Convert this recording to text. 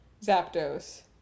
Zapdos